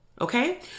Okay